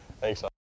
Thanks